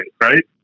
right